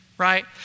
Right